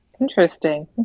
interesting